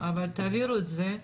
אבל תעבירו את זה,